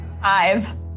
Five